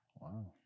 Wow